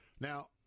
Now